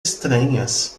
estranhas